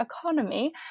economy